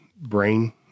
brain